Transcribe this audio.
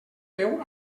beu